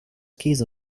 käse